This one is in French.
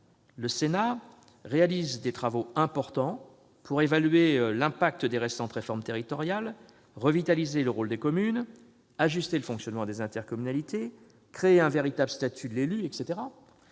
le Sénat réalise des travaux importants pour évaluer l'impact des récentes réformes territoriales, revitaliser le rôle des communes, ajuster le fonctionnement des intercommunalités, créer un véritable statut de l'élu, etc.